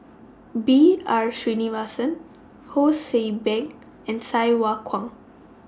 B R Sreenivasan Ho See Beng and Sai Hua Kuan